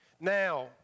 Now